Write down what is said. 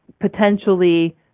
potentially